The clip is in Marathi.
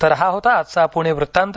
तर हा होता आजचा पुणे वृतांत